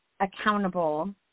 accountable